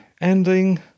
ending